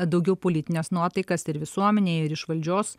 daugiau politines nuotaikas ir visuomenėj ir iš valdžios